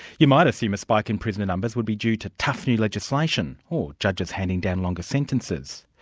you might assume a spike in prisoner numbers would be due to tough new legislation, or judges handing down longer sentences.